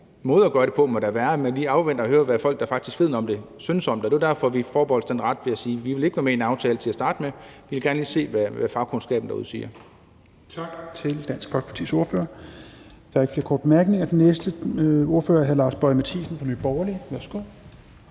måde at gøre det på da må være, at man lige afventer at høre, hvad folk, der faktisk ved noget om det, synes om det, og det var derfor, vi forbeholdt os den ret ved at sige: Vi vil ikke være med i en aftale til at starte med, for vi vil gerne lige se, hvad fagkundskaben derude siger. Kl. 10:52 Fjerde næstformand (Rasmus Helveg Petersen): Tak til Dansk Folkepartis ordfører. Der er ikke flere korte bemærkninger. Den næste ordfører er hr. Lars Boje Mathiesen fra Nye Borgerlige. Værsgo.